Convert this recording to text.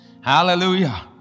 Hallelujah